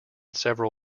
several